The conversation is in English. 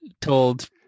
told